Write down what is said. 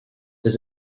does